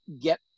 get